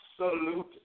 absolute